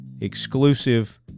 exclusive